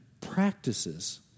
practices